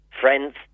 friends